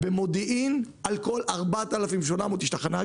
במודיעין, לכל 4,800 בממוצע יש תחנה.